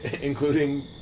Including